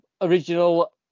Original